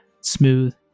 smooth